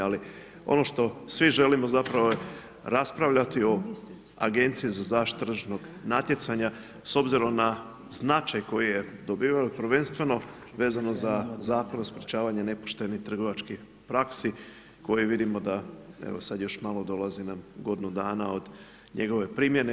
Ali ono što svi želimo zapravo je raspravljati o Agenciji za zaštitu tržišnog natjecanja s obzirom na značaj koji je dobiven, prvenstveno vezano za Zakon o sprječavanju nepoštenih trgovačkih praksi koji vidimo da je evo sada još malo dolazi nam godinu dana od njegove primjene.